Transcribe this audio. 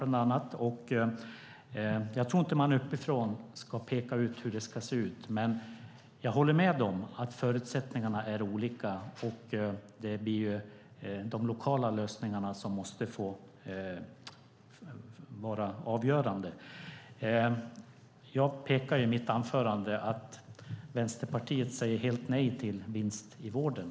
Jag tror inte att man uppifrån ska peka ut hur det ska se ut. Jag håller med om att förutsättningarna är olika, och de lokala lösningarna måste få vara avgörande. Jag pekade i mitt anförande på att Vänsterpartiet säger helt nej till vinst i vården.